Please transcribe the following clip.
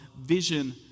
vision